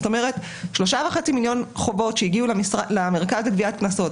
זאת אומרת ש-3,500,000 חובות שהגיעו למרכז לגביית קנסות,